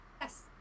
yes